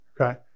Okay